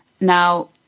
Now